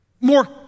more